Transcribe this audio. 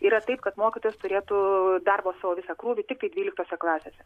yra taip kad mokytojas turėtų darbo savo visą krūvį tiktai dvyliktose klasėse